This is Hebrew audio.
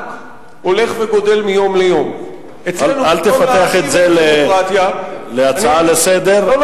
המחנק הולך וגדל מיום ליום אל תפתח את זה להצעה לסדר-היום.